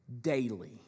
daily